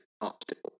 obstacle